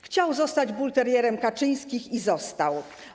Chciał zostać bulterierem Kaczyńskich i został.